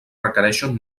requereixen